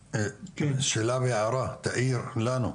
שאלה והערה, תאיר לנו.